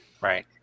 Right